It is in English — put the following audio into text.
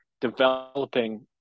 developing